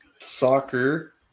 Soccer